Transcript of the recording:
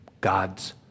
God's